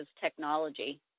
technology